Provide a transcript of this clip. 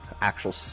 Actual